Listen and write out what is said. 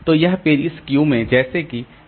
तो यह पेज इस क्यू में हैं जैसे कि सर्कुलर क्यू